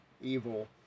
evil